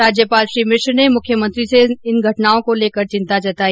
राज्यपाल श्री मिश्र ने मुख्यमंत्री से इन घटनाओं को लेकर थिंता जताई